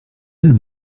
elles